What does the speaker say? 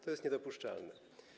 To jest niedopuszczalne.